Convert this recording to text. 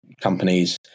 companies